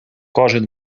кожен